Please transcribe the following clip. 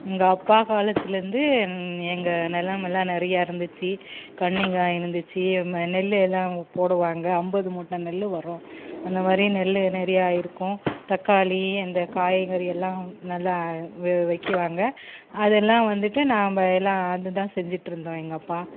எங்கள் அப்பா காலத்துலேருந்து எங்கள் நிலம் எல்லாம் நிறையா இருந்துச்சு கண்ணிங்கா இருந்துச்சு நெல் எல்லாம் போடுவாங்கள் ஐம்பது மூட்டை நெல் வரும் அந்த மாதிரி நெல் நிறையாருக்கும் தக்காளி அந்த காய்கறி எல்லாம் நல்லா வைக்குவாங்கள் அதெல்லாம் வந்துட்டு நாம் எல்லாம் அதுதான் செஞ்சுகிட்டுருந்தோம் எங்கள் அப்பா